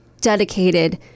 dedicated